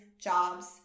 jobs